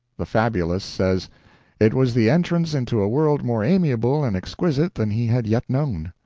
the fabulist says it was the entrance into a world more amiable and exquisite than he had yet known.